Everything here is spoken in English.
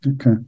Okay